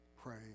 pray